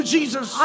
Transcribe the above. Jesus